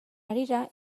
harira